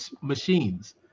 machines